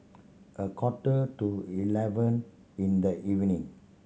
a quarter to eleven in the evening